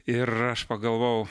ir aš pagalvojau